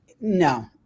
no